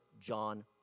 John